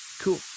cool